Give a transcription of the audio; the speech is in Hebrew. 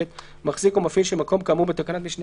(ב) מחזיק או מפעיל של מקום כאמור בתקנת משנה